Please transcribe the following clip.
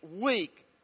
week